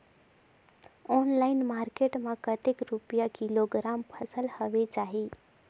Online market मां कतेक रुपिया किलोग्राम फसल हवे जाही?